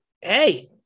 hey